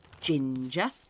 Ginger